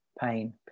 pain